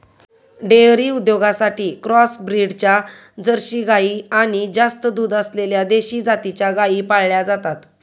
dairy उद्योगासाठी cross ब्रीडच्या Jersey गाई आणि जास्त दूध असलेल्या देशी जातीच्या गायी पाळल्या जातात